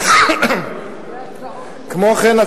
כמו כן,